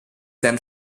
then